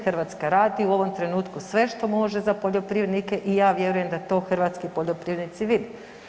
Hrvatska radi u ovom trenutku sve što može za poljoprivrednike i ja vjerujem da to hrvatski poljoprivrednici vide.